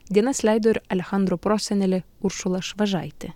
dienas leido ir alechandro prosenelė uršula švažaitė